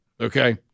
Okay